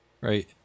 Right